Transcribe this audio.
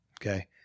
Okay